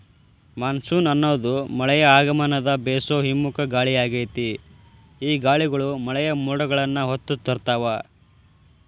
monsoon ಅನ್ನೋದು ಮಳೆಯ ಆಗಮನದ ಬೇಸೋ ಹಿಮ್ಮುಖ ಗಾಳಿಯಾಗೇತಿ, ಈ ಗಾಳಿಗಳು ಮಳೆಯ ಮೋಡಗಳನ್ನ ಹೊತ್ತು ತರ್ತಾವ